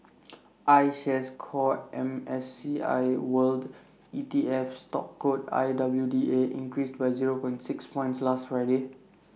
iShares core M S C I world E T F stock code I W D A increased by zero point six points last Friday